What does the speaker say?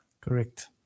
Correct